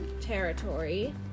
territory